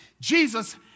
Jesus